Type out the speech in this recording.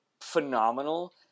phenomenal